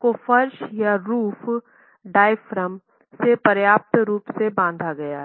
को फर्श या रूफ डायाफ्राम से पर्याप्त रूप से बाँधा गया है